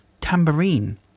tambourine